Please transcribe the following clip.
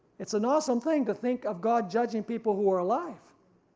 it's an awesome thing to think of god judging people who are alive,